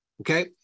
Okay